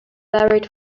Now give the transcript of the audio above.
buried